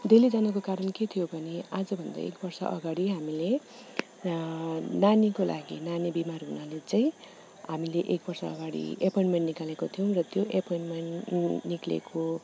दिल्ली जानको कारण के थियो भने आजभन्दा एकबर्ष अघाडि हामीले नानीको लागि नानी बिमार हुनाले चाहिँ हामीले एकबर्ष अगाडि एपोइन्टमेन्ट निकालेको थियौँ र त्यो एपोइन्टमेन्ट निक्लेको